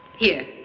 here.